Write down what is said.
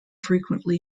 frequently